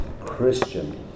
Christian